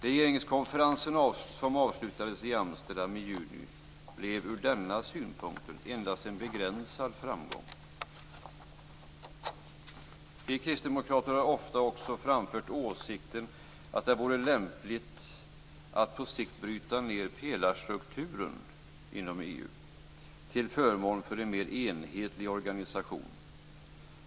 Regeringskonferensen, som avslutades i Amsterdam i juni, blev ur denna synpunkt endast en begränsad framgång. Vi kristdemokrater har ofta också framfört åsikten att det vore lämpligt att på sikt bryta ned pelarstrukturen inom EU till förmån för en mer enhetlig organisation.